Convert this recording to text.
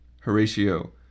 Horatio